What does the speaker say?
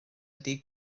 ydy